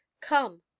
come